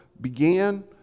began